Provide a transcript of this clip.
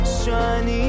shining